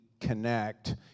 connect